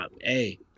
Hey